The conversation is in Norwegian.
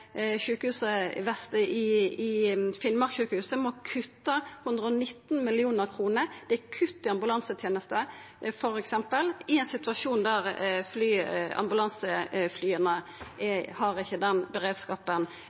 må kutta 119 mill. kr. Det er kutt i ambulansetenesta i ein situasjon der ambulanseflya ikkje har den beredskapen